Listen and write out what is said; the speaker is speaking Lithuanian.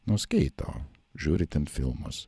nu skaito žiūri ten filmus